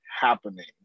happening